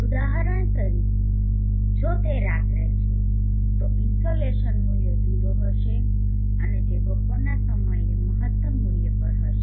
ઉદાહરણ તરીકે જો તે રાત્રે છે તો ઇન્સોલેશન મૂલ્ય 0 હશે અને તે બપોરના સમયે મહત્તમ મૂલ્ય પર હશે